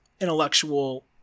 intellectual